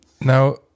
Now